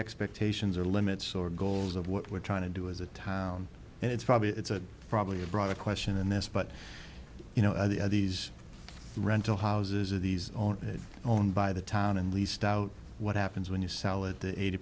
expectations or limits or goals of what we're trying to do as a town it's probably it's a probably a broader question and this but you know the of these rental houses are these own that owned by the town and leased out what happens when you sell it the eighty